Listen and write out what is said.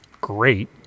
great